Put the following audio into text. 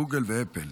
גוגל ואפל.